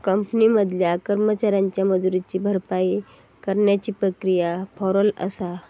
company मधल्या कर्मचाऱ्यांच्या मजुरीची भरपाई करण्याची प्रक्रिया पॅरोल आसा